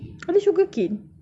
ada sugar cane